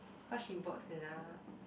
cause she works in a